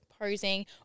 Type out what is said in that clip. posing